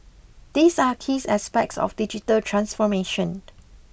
these are keys aspects of digital transformation